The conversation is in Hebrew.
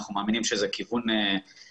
אנחנו מאמינים שזה כיוון נכון.